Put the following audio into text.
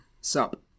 Sup